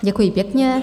Děkuji pěkně.